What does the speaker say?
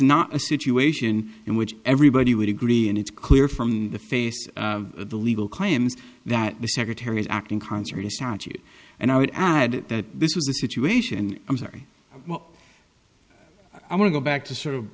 not a situation in which everybody would agree and it's clear from the face of the legal claims that the secretary is acting concert a statute and i would add that this was a situation i'm sorry i want to go back to sort of